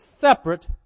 separate